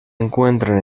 encuentran